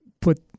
put